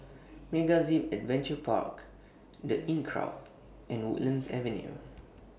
MegaZip Adventure Park The Inncrowd and Woodlands Avenue